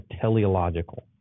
teleological